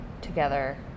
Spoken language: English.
together